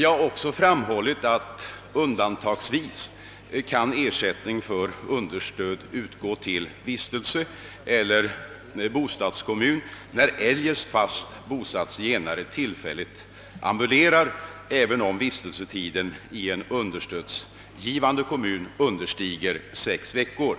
Jag har också framhållit att ersättning för understöd undantagsvis kan utgå till vistelseeller bostadskommun, när eljest fast bosatt zigenare tillfälligt ambulerar, även om vistelsetiden i understödsgivande kommun understiger sex veckor.